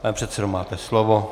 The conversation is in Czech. Pane předsedo, máte slovo.